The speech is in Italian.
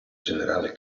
generale